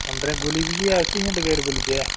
अंदर गुली बी ऐ उस्सी जां बगैर गुली दे